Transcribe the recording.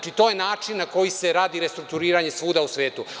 To je način na koji se radi restrukturiranje svuda u svetu.